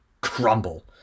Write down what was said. crumble